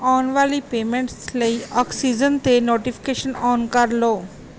ਆਉਣ ਵਾਲੀ ਪੇਮੈਂਟਸ ਲਈ ਆਕਸੀਜਨ 'ਤੇ ਨੋਟੀਫਿਕੇਸ਼ਨ ਔਨ ਕਰ ਲਉ